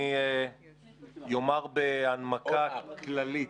אני אומר בהנמקה כללית,